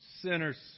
sinners